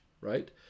right